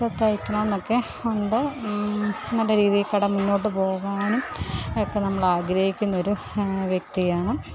ഇപ്പം തയ്ക്കണം എന്നൊക്കെ ഉണ്ട് നല്ല രീതിയിൽ കട മുന്നോട്ട് പോകാനും ഒക്കെ നമ്മൾ ആഗ്രഹിക്കുന്ന ഒരു വ്യക്തിയാണ്